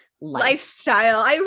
lifestyle